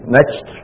next